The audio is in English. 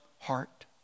heart